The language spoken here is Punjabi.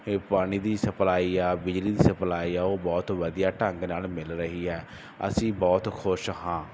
ਇਹ ਪਾਣੀ ਦੀ ਸਪਲਾਈ ਆ ਬਿਜਲੀ ਦੀ ਸਪਲਾਈ ਆ ਉਹ ਬਹੁਤ ਵਧੀਆ ਢੰਗ ਨਾਲ ਮਿਲ ਰਹੀ ਹੈ ਅਸੀਂ ਬਹੁਤ ਖੁਸ਼ ਹਾਂ